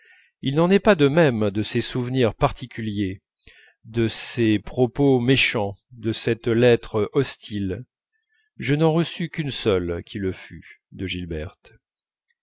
il n'en est pas de même de ces souvenirs particuliers de ces propos méchants de cette lettre hostile je n'en reçus qu'une seule qui le fût de